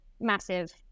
massive